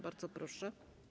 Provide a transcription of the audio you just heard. Bardzo proszę.